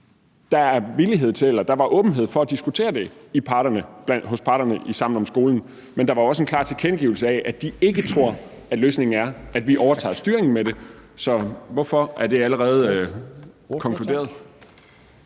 der var åbenhed for at diskutere det hos parterne i Sammen om skolen, men der var også en klar tilkendegivelse af, at de ikke tror, at løsningen er, at vi overtager styringen med det, så hvorfor er det allerede konkluderet?